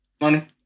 Money